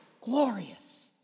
glorious